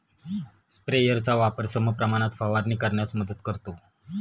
स्प्रेयरचा वापर समप्रमाणात फवारणी करण्यास मदत करतो